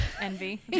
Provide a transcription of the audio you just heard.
Envy